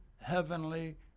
heavenly